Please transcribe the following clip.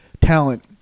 talent